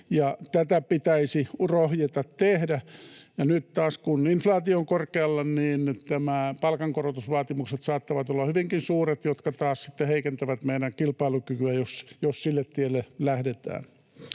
tätä pitäisi rohjeta tehdä. Nyt taas, kun inflaatio on korkealla, palkankorotusvaatimukset saattavat olla hyvinkin suuret, ja ne taas sitten heikentävät meidän kilpailukykyä, jos sille tielle lähdetään.